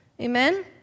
Amen